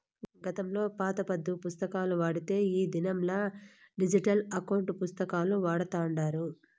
గతంలో పాత పద్దు పుస్తకాలు వాడితే ఈ దినంలా డిజిటల్ ఎకౌంటు పుస్తకాలు వాడతాండారు